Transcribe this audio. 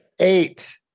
Eight